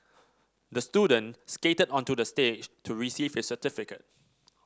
the student skated onto the stage to receive his certificate